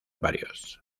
varios